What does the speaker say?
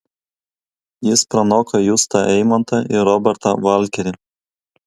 jis pranoko justą eimontą ir robertą valkerį